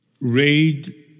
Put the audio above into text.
raid